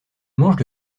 manches